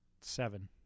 Seven